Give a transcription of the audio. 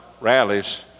rallies